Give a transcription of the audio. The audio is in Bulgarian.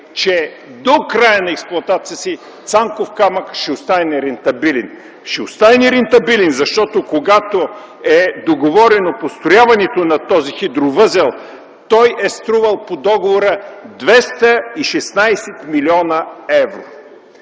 че до края на експлоатацията си „Цанков камък” ще остане нерентабилен. Ще остане нерентабилен, защото когато е договорено построяването на този хидровъзел, той по договор е струвал 216 млн. евро.